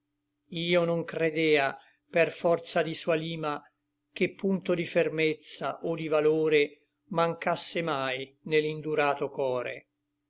io non credea per forza di sua lima che punto di fermezza o di valore mancasse mai ne l'indurato core